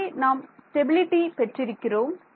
இங்கே நாம் ஸ்டபிலிடி பெற்றிருக்கிறோம்